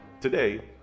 Today